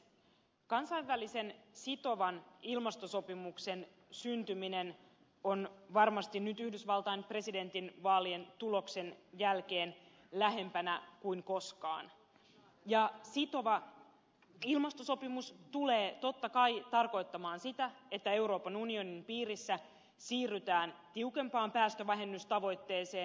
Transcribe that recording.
kansainvälisen sitovan ilmastosopimuksen syntyminen on varmasti nyt yhdysvaltain presidentinvaalien tuloksen jälkeen lähempänä kuin koskaan ja sitova ilmastosopimus tulee totta kai tarkoittamaan sitä että euroopan unionin piirissä siirrytään tiukempaan päästövähennystavoitteeseen